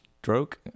Stroke